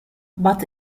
but